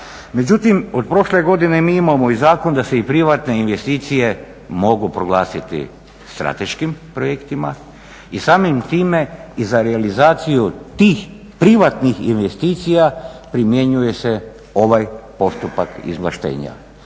Međutim, od prošle godine mi imamo i zakon da se i privatne investicije mogu proglasiti strateškim projektima i samim time i za realizaciju tih privatnih investicija primjenjuje se ovaj postupak izvlaštenja.